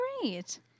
great